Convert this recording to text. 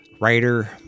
Writer